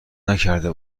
نکرده